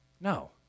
No